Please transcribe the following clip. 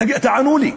תענו לי.